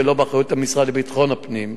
ולא באחריות המשרד לביטחון פנים.